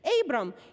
Abram